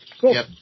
Cool